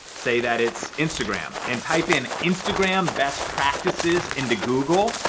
say that it's instagram and type in instagram best practices into google.